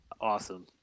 awesome